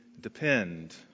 depend